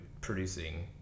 producing